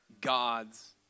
gods